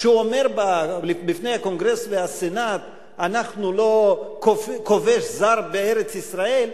כשהוא אומר בפני הקונגרס והסנאט: אנחנו לא כובש זר בארץ-ישראל,